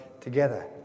together